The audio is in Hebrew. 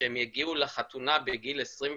כשהם יגיעו לחתונה בגיל 23,